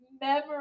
memory